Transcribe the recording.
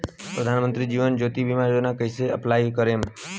प्रधानमंत्री जीवन ज्योति बीमा योजना कैसे अप्लाई करेम?